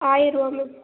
ஆயரரூவா ma'am